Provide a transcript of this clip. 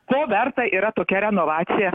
ko verta yra tokia renovacija